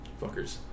Fuckers